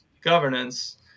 governance